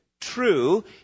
true